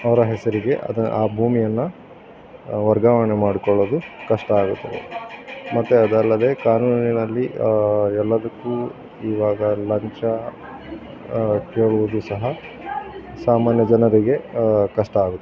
ಅವರ ಹೆಸರಿಗೆ ಅದನ್ನು ಆ ಭೂಮಿಯನ್ನು ವರ್ಗಾವಣೆ ಮಾಡಿಕೊಳ್ಳೋದು ಕಷ್ಟ ಆಗುತ್ತದೆ ಮತ್ತೆ ಅದಲ್ಲದೇ ಕಾನೂನಿನಲ್ಲಿ ಎಲ್ಲದಕ್ಕೂ ಇವಾಗ ಲಂಚ ಕೇಳುವುದು ಸಹ ಸಾಮಾನ್ಯ ಜನರಿಗೆ ಕಷ್ಟ ಆಗುತ್ತೆ